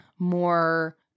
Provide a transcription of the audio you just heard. more